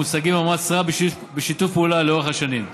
המושגים במאמץ רב ובשיתוף פעולה לאורך השנים.